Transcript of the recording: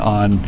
on